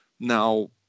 Now